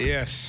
Yes